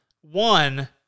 One